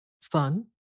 Fun